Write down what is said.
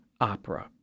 Opera